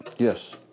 Yes